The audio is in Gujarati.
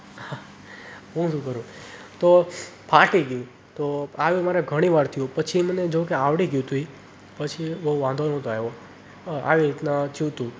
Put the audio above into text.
હું શું કરું તો ફાટી ગયું તો આવું મારે ઘણીવાર થયું પછી જો કે મને આવડી ગયું હતું એ પછી બહુ વાંધો નહોતો આવ્યો આવી રીતના થયું હતું